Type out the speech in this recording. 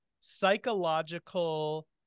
psychological